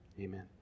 amen